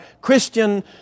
Christian